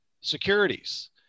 securities